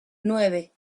nueve